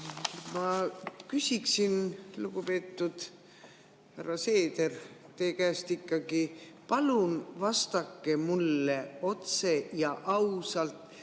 Ma küsiksin, lugupeetud härra Seeder, teie käest ikkagi, palun vastake mulle otse ja ausalt